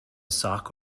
sock